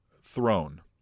Throne